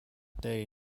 day